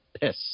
piss